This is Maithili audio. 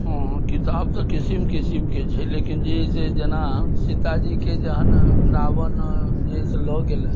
हँ किताब तऽ किसिम किसिमके छै लेकिन जे है से जेना सीता जीके जहन रावण जे है से लऽ गेलनि